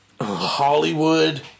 Hollywood